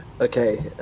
okay